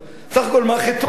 בסך הכול, מה חטאו?